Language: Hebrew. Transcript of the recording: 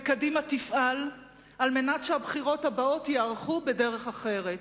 וקדימה תפעל על מנת שהבחירות הבאות ייערכו בדרך אחרת.